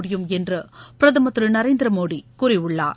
முடியும் என்று பிரதமர் திரு நரேந்திர மோடி கூறியுள்ளார்